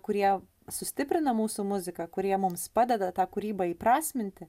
kurie sustiprina mūsų muziką kurie mums padeda tą kūrybą įprasminti